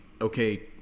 okay